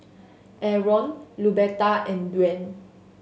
Arron Luberta and Dwaine